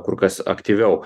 kur kas aktyviau